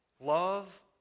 love